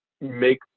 make